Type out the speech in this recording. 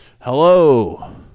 Hello